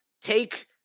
take